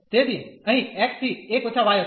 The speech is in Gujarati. તેથી અહીં x થી 1 − y હશે